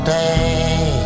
day